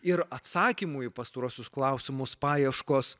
ir atsakymų į pastaruosius klausimus paieškos